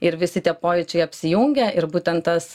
ir visi tie pojūčiai apsijungia ir būtent tas